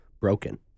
broken